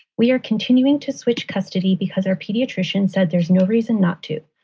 we are continuing to switch custody because our pediatrician said there's no reason not to.